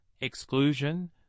exclusion